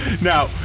Now